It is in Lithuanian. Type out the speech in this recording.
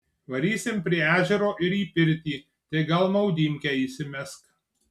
varysim prie ežero ir į pirtį tai gal maudymkę įsimesk